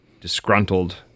disgruntled